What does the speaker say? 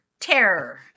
terror